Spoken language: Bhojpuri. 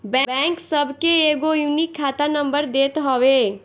बैंक सबके एगो यूनिक खाता नंबर देत हवे